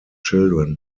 children